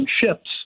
ships